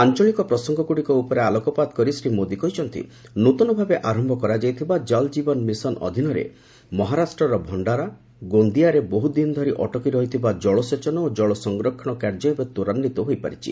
ଆଞ୍ଚଳିକ ପ୍ରସଙ୍ଗଗୁଡ଼ିକ ଉପରେ ଆଲୋକପାତ କରି ଶ୍ରୀ ମୋଦି କହିଛନ୍ତି ନୃତନ ଭାବେ ଆରମ୍ଭ କରାଯାଇଥିବା 'ଜଲ୍ ଜୀବନ ମିଶନ୍' ଅଧୀନରେ ମହାରାଷ୍ଟ୍ରର ଭକ୍ଷାରା ଗୋନ୍ଦିଆରେ ବହୃଦିନ ଧରି ଅଟକି ରହିଥିବା ଜଳସେଚନ ଓ ଜଳ ସଂରକ୍ଷଣ କାର୍ଯ୍ୟ ଏବେ ତ୍ୱରାନ୍ୱିତ ହୋଇପାରିଛି